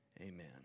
amen